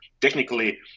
technically